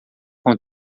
com